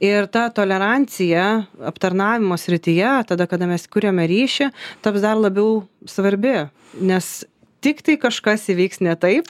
ir ta tolerancija aptarnavimo srityje tada kada mes kuriame ryšį taps dar labiau svarbi nes tiktai kažkas įvyks ne taip